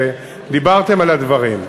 ודיברתם על הדברים,